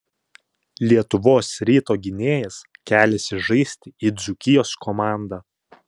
lietuvos ryto gynėjas keliasi žaisti į dzūkijos komandą